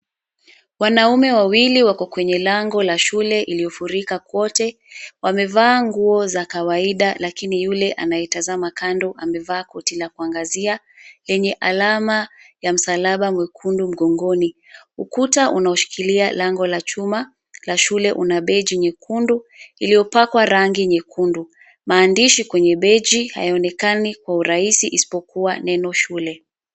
Wanaume wawili wako kwenye lango la shule iliyofurika kwote. Wamevaa nguo za kawaida lakini yule anayetazama kando amevaa koti la kuangazia, lenye alama ya msalaba mwekundu mgongoni. Ukuta unaoshikilia lango la chuma la shule una beji nyekundu iliyopakwa rangi nyekundu. Maandishi kwenye beji hayaonekani kwa urahisi isipokuwa neno shule.